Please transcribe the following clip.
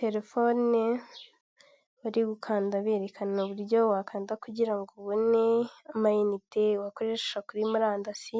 Telefone bari gukanda berekana uburyo wakanda kugira ngo ubone amiyite wakoresha kuri murandasi